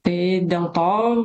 tai dėl to